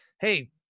hey